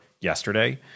yesterday